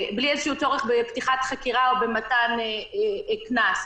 צורך בפתיחת חקירה או במתן קנס.